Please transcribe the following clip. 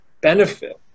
benefit